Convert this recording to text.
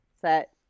Set